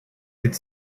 could